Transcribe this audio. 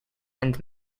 and